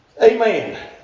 Amen